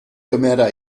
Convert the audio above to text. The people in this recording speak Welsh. gymera